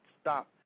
stop